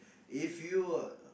if you were